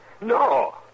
No